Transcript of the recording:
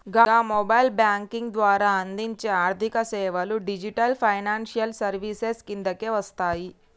గా mobile banking ద్వారా అందించే ఆర్థికసేవలు డిజిటల్ ఫైనాన్షియల్ సర్వీసెస్ కిందకే వస్తయి